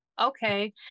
Okay